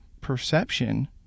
perception